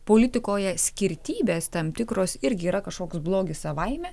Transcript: politikoje skirtybės tam tikros irgi yra kažkoks blogis savaime